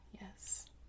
yes